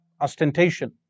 ostentation